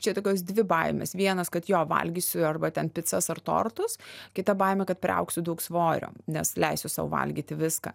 čia tokios dvi baimės vienas kad jo valgysiu arba ten picas ar tortus kita baimė kad priaugsiu daug svorio nes leisiu sau valgyti viską